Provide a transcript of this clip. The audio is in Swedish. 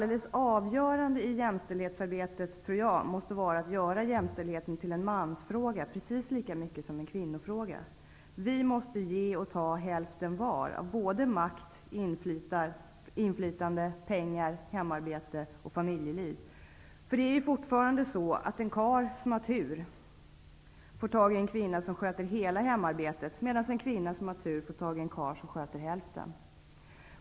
Det avgörande i jämställdhetsarbetet måste vara att göra jämställdheten till en mansfråga lika mycket som en kvinnofråga. Vi måste ge och ta hälften var av både makt, inflytande, pengar, hemarbete och familjeliv. Det är fortfarande så att en karl som har tur får tag i en kvinna som sköter hela hemarbetet, medan en kvinna som har tur får tag i en karl som sköter hälften.